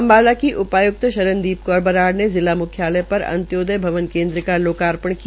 अम्बाला के उपायुक्त शरणदीप कौर बराइने जिला मुखालय पर अन्त्योदय भवन केन्द्र का लोकार्पण किया